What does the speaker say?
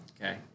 Okay